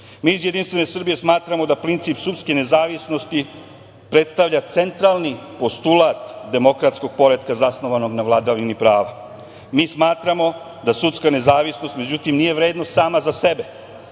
iz jedinstvene Srbije smatramo da princip sudske nezavisnosti predstavlja centralni postulat demokratskog poretka zasnovanog na vladavini prava. Mi smatramo da sudska nezavisnost nije vredna sama za sebe,